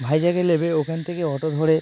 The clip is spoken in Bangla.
ভাইজ্যাগে নেমে ওখান থেকে অটো ধরে